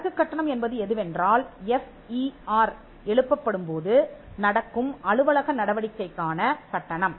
வழக்கு கட்டணம் என்பது எதுவென்றால் எஃப் இ ஆர் எழுப்பப்படும் போது நடக்கும் அலுவலக நடவடிக்கைக்கான கட்டணம்